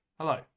Hello